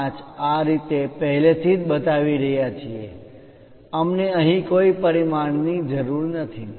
5 આ રીતે પહેલેથી બતાવી રહ્યાં છીએ અમને અહીં કોઈ પરિમાણ ની જરૂર નથી